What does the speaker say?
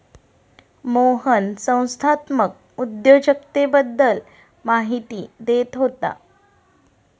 मोहन संस्थात्मक उद्योजकतेबद्दल माहिती देत होता